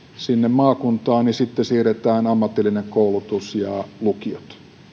maakuntaan siirretään ammatillinen koulutus ja lukiot